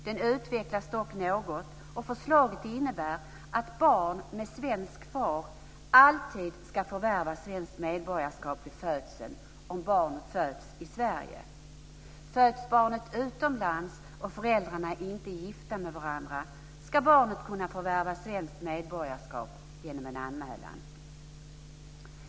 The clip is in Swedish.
Den utvecklas dock något, och förslaget innebär att barn med svensk far alltid ska förvärva svenskt medborgarskap vid födseln om barnet föds i Sverige. Föds barnet utomlands och föräldrarna inte är gifta med varandra ska barnet kunna förvärva svenskt medborgarskap genom anmälan.